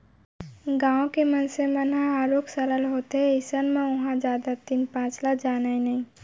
गाँव के मनसे मन ह आरुग सरल होथे अइसन म ओहा जादा तीन पाँच ल जानय नइ